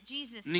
Jesus